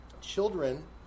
Children